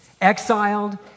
exiled